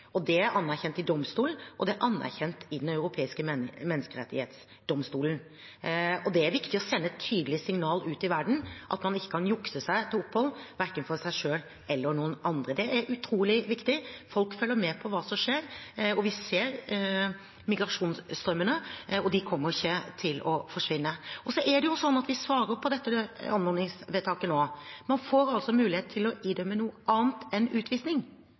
anerkjent i domstolen, det er anerkjent i Den europeiske menneskerettsdomstol, og det er viktig å sende et tydelig signal ut i verden om at man ikke kan jukse seg til opphold, verken for seg selv eller noen andre. Det er utrolig viktig. Folk følger med på hva som skjer, og vi ser migrasjonsstrømmene, og de kommer ikke til å forsvinne. Så svarer vi på dette anmodningsvedtaket nå. Man får altså mulighet til å idømme noe annet enn utvisning.